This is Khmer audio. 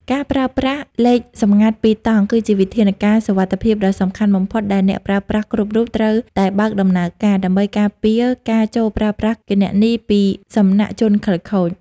ការប្រើប្រាស់ លេខសម្ងាត់ពីរតង់ គឺជាវិធានការសុវត្ថិភាពដ៏សំខាន់បំផុតដែលអ្នកប្រើប្រាស់គ្រប់រូបត្រូវតែបើកដំណើរការ ដើម្បីការពារការចូលប្រើប្រាស់គណនីពីសំណាក់ជនខិលខូច។